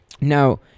Now